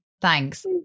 Thanks